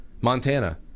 Montana